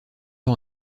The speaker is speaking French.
ans